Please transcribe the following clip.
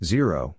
Zero